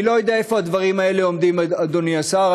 אני לא יודע איפה הדברים האלה עומדים, אדוני השר.